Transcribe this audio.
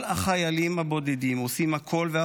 כל החיילים הבודדים עושים הכול,